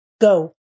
Go